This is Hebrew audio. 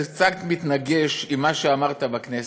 זה קצת מתנגש עם מה שאמרת בכנסת.